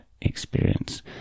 experience